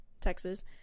texas